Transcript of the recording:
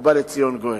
ובא לציון גואל.